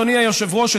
אדוני היושב-ראש,